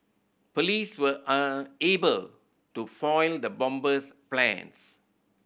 police were unable to foil the bomber's plans